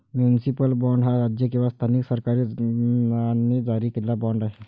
municipal bond हा राज्य किंवा स्थानिक सरकारांनी जारी केलेला बाँड आहे